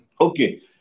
Okay